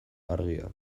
argiak